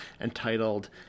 entitled